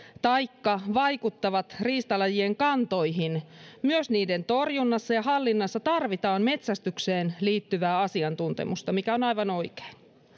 taikka vaikuttavat riistalajien kantoihin myös niiden torjunnassa ja hallinnassa tarvitaan metsästykseen liittyvää asiantuntemusta mikä on aivan oikein